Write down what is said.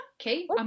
Okay